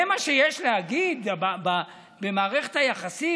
זה מה שיש להגיד במערכת היחסים?